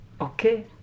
Okay